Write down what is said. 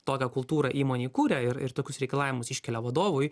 tokią kultūrą įmonėj kuria ir ir tokius reikalavimus iškelia vadovui